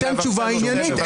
תן תשובה עניינית.